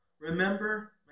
Remember